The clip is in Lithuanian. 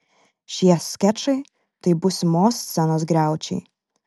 šie skečai tai būsimos scenos griaučiai